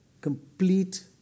complete